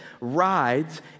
rides